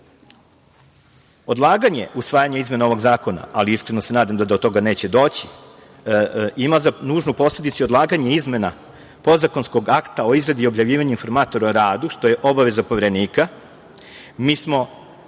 građana. Odlaganje usvajanja izmena ovog zakona, ali iskreno se nadam da do toga neće doći, ima za nužnu posledicu i odlaganje izmena podzakonskog akta o izradi objavljivanja informatora o radu, što je obaveza Poverenika.